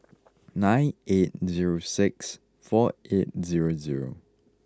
nine eight zero six four eight zero zero